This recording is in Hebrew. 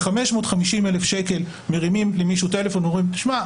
שב-550,000 שקל מרימים למישהו טלפון ואומרים: תשמע,